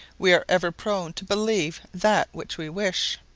we are ever prone to believe that which we wish.